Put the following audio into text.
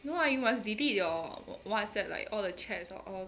no lah you must delete your Whatsapp like all the chats all